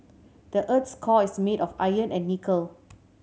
the earth's core is made of iron and nickel